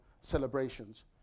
celebrations